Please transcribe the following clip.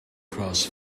across